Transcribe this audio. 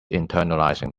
internalizing